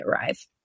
arrive